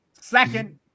second